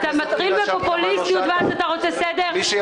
אתה מתחיל עם פופוליזם ואז אתה רוצה סדר בוועדה.